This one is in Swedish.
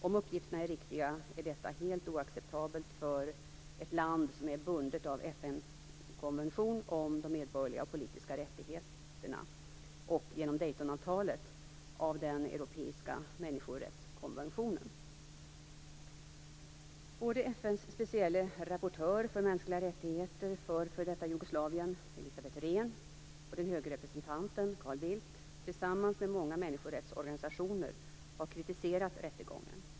Om uppgifterna är riktiga, är detta helt oacceptabelt för ett land som är bundet av FN-konventionen om medborgerliga och politiska rättigheter och, genom Daytonavtalet, av den europeiska människorättskonventionen. Både FN:s specielle rapportör för mänskliga rättigheter för f.d. Jugoslavien Elisabeth Rehn och den höge representanten Carl Bildt, tillsammans med många människorättsorganisationer, har kritiserat rättegången.